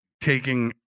taking